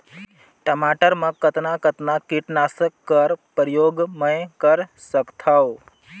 टमाटर म कतना कतना कीटनाशक कर प्रयोग मै कर सकथव?